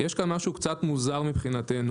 יש כאן משהו קצת מוזר מבחינתנו,